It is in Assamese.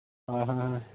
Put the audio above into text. হয় হয় হয়